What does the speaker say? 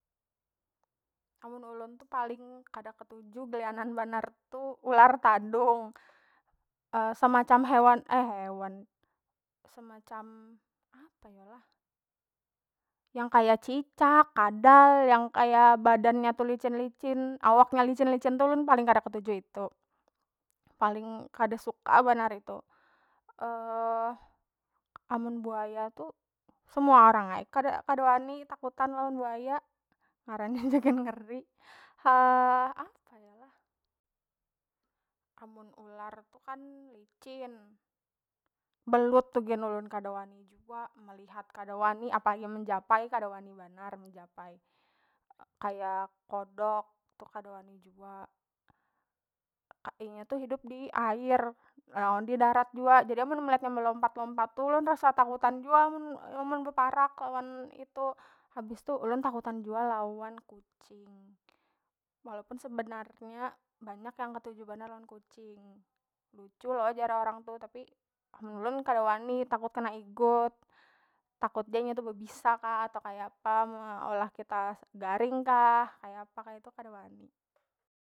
Amun ulun tu paling kada ketuju gelianan banar tu ular tandung semacam hewan hewan semacam apa yo lah yang kaya cicak, kadal, yang kaya badan nya tu licin- licin awaknya licin- licin tu ulun paling kada ketuju itu, paling kada suka banar itu amun buaya tu semua orang ai kada- kada wani takutan lawan buaya ngarannya ja gin ngeri apa yo lah amun ular tu kan licin, belut tu gin ulun kada wani jua melihat kada wani apagi menjapai kada wani banar menjapai kaya kodok tu kada wani jua. Inya tu hidup diair lawan didarat jua jadi amun melihat nya melompat- lompat tu ulun rasa takutan jua mun- mun beparak lawan itu, habis tu ulun takutan jua lawan kucing walaupun sebenarnya banyak yang ketuju banar lawan kucing lucu lo jar orang tu tapi amun ulun kada wani takut kena igut takut ja inya tu bebisa kah atau kaya apa meolah kita garing kah kaya apa kaya itu kada wani.